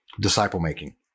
disciple-making